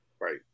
Right